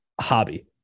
hobby